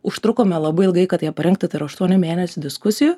užtrukome labai ilgai kad ją parengti tai yra aštuonių mėnesių diskusijų